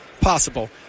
Possible